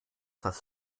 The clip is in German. das